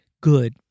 good